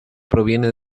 proviene